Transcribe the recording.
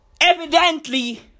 Evidently